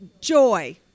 Joy